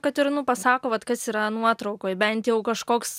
kad ir nu pasako vat kas yra nuotraukoj bent jau kažkoks